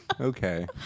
Okay